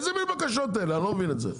איזה מן בקשות אלה, אני לא מבין את זה.